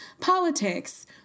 politics